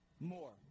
more